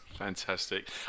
Fantastic